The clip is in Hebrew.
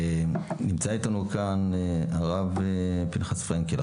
נמצא איתנו כאן הרב פנחס פרנקל,